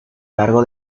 largo